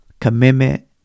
Commitment